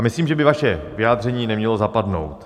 Myslím, že by vaše vyjádření nemělo zapadnout.